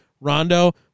Rondo